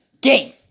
game